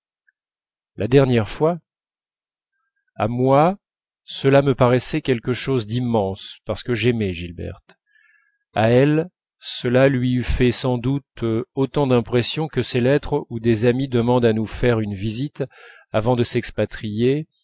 la dernière fois à moi cela me paraissait quelque chose d'immense parce que j'aimais gilberte à elle cela lui eût fait sans doute autant d'impression que ces lettres où des amis demandent à nous faire une visite avant de s'expatrier